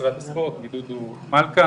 ממשרד הספורט, מדודו מלכא.